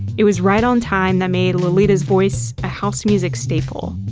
it was ride on time that made loleatta's voice a house music staple.